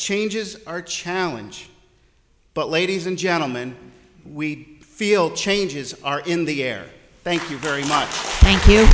change is our challenge but ladies and gentleman we feel changes are in the air thank you very much thank you